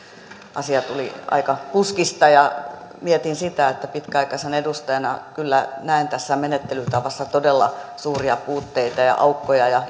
asia tuli aika puskista ja mietin sitä että pitkäaikaisena edustajana kyllä näen tässä menettelytavassa todella suuria puutteita ja aukkoja ja